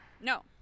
No